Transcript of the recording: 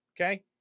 Okay